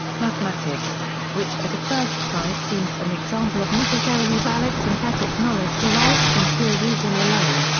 mathematics, which at a first sight seems an example of necessarily valid synthetic knowledge derived from pure reason alone,